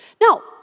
Now